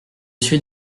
suis